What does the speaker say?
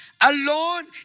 alone